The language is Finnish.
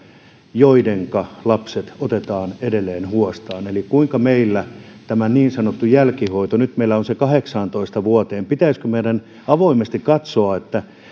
joidenka lapset otetaan edelleen huostaan eli kuinka meillä toimii tämä niin sanottu jälkihoito nyt meillä on se kahdeksaantoista vuoteen pitäisikö meidän avoimesti katsoa että